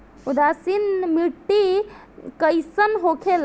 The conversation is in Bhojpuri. उदासीन मिट्टी कईसन होखेला?